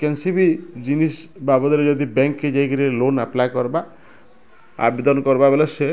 କିଛି ବି ଜିନିଷ ବାବଦରେ ଯଦି ବ୍ୟାଙ୍କକେ ଯାଇକିରି ଲୋନ୍ ଆପ୍ଲାଏ କରବା ଆବେଦନ କରବା ବୋଲେ ସେ